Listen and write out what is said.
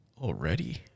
Already